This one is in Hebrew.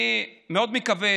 אני מאוד מקווה